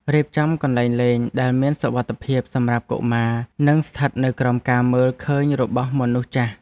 រៀបចំកន្លែងលេងដែលមានសុវត្ថិភាពសម្រាប់កុមារនិងស្ថិតនៅក្រោមការមើលឃើញរបស់មនុស្សចាស់។